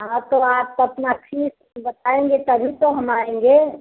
हाँ तो आप अपना फीस बताएंगे तभी तो हम आएंगे